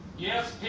yes,